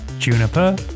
juniper